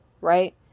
right